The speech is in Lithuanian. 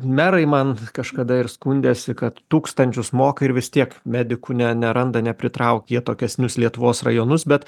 merai man kažkada ir skundėsi kad tūkstančius moka ir vis tiek medikų ne neranda nepritraukia į atokesnius lietuvos rajonus bet